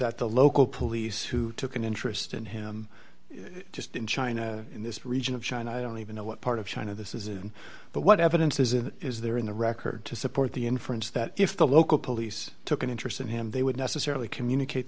that the local police who took an interest in him just in china in this region of china i don't even know what part of china this is in but what evidence is it is there in the record to support the inference that if the local police took an interest in him they would necessarily communicate